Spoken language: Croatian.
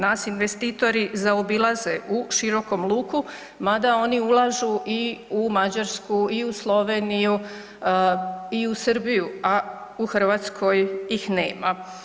Nas investitori zaobilaze u širokom luku mada oni ulažu i u Mađarsku i u Sloveniju i u Srbiju, a u Hrvatskoj ih nema.